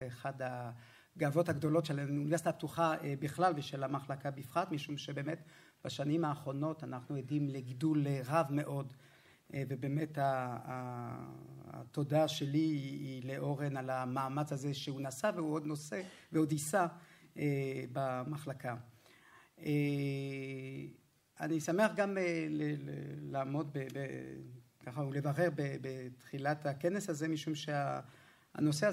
ואחת הגאוות הגדולות של האוניברסיטה הפתוחה בכלל ושל המחלקה בפרט, משום שבאמת בשנים האחרונות אנחנו עדים לגידול רב מאוד, ובאמת התודה שלי היא לאורן על המאמץ הזה שהוא נשא והוא עוד נושא ועוד יישא במחלקה. אני שמח גם לעמוד ככה ולברך בתחילת הכנס הזה, משום שהנושא